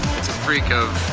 freak of